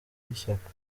y’ishyaka